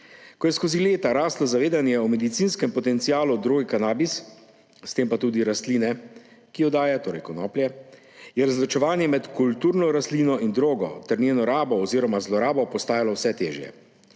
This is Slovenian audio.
Ko je skozi leta raslo zavedanje o medicinskem potencialu droge kanabis, s tem pa tudi rastline, ki jo daje, torej konoplje, je razločevanje med kulturno rastlino in drogo ter njeno rabo oziroma zlorabo postajalo vse težje.